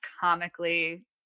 comically